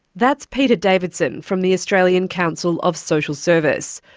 that's peter davidson from the australian council of social service.